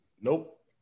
Nope